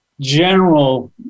general